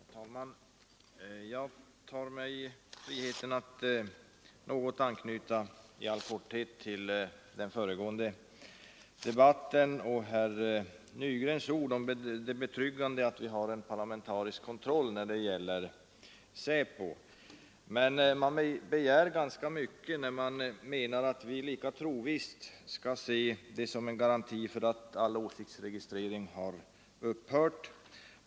Herr talman! Jag tar mig friheten att i all korthet knyta an till den föregående debatten och herr Nygrens ord om det betryggande i att vi har en parlamentarisk kontroll när det gäller SÄPO. Man begär ganska mycket när man menar att vi lika trosvisst som vissa andra skall se det som en garanti för att all åsiktsregistrering upphört.